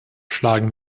schlagen